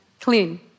clean